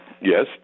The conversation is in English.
Yes